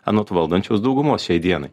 anot valdančios daugumos šiai dienai